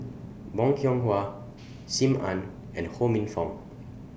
Bong Hiong Hwa SIM Ann and Ho Minfong